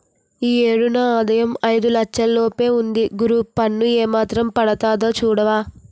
ఈ ఏడు నా ఆదాయం ఐదు లచ్చల లోపే ఉంది గురూ పన్ను ఏమాత్రం పడతాదో సూడవా